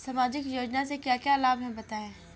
सामाजिक योजना से क्या क्या लाभ हैं बताएँ?